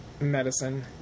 Medicine